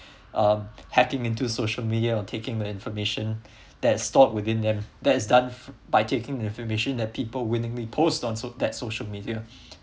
um hacking into social media or taking information that's store within them that is done by taking information that people willingly post on that social media